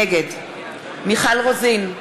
נגד מיכל רוזין,